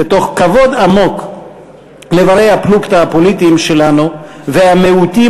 מתוך כבוד עמוק לבני-הפלוגתא הפוליטיים שלנו ולמיעוטים